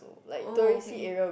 oh okay